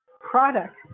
product